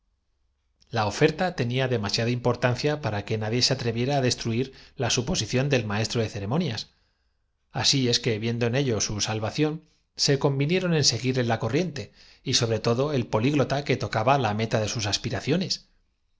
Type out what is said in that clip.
la oferta tenía demasiada importancia para que na haciendo benjamín clara le estrechaba las manos die se atreviera á destruir la suposición del maestro don sindulfo le daba gracias en latín por si las huma de ceremonias así es que viendo en ello su salvación se convinieron en seguirle la corriente y sobre todo el la idea de una lucha con resultados desconocidos políglota que tocaba la meta de sus aspiraciones